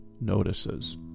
notices